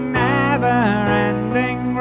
never-ending